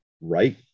right